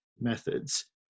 methods